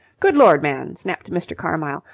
good lord, man! snapped mr. carmyle.